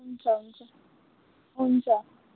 हुन्छ हुन्छ हुन्छ